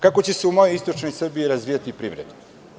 Kako će se u mojoj istočnoj Srbiji razvijati privreda?